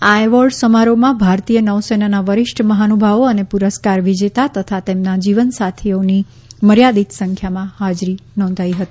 આ એવોર્ડ સમારોહમાં ભારતીય નૌસેનાના વરિષ્ઠ મહાનુભાવો અને પુરસ્કાર વિજેતા તથા તેમના જીવનસાથીઓની મર્યાદિત સંખ્યામાં હાજર રહ્યા હતા